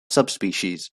subspecies